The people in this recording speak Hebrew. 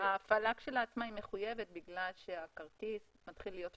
ההפעלה כשלעצמה היא מחויבת בגלל שהכרטיס מתחיל להיות פעיל.